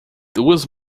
duas